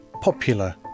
popular